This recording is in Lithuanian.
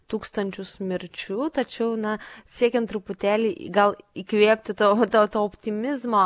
tūkstančius mirčių tačiau na siekiant truputėlį gal įkvėpti to vat to to optimizmo